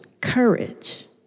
courage